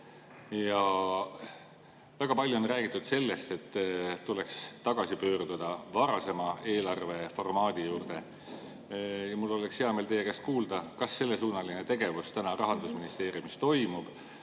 Väga palju on räägitud sellest, et tuleks tagasi pöörduda varasema eelarveformaadi juurde. Mul oleks hea meel teie käest kuulda, kas sellesuunaline tegevus täna Rahandusministeeriumis toimub